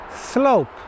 slope